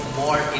more